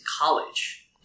college